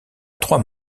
trois